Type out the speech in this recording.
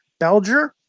Belger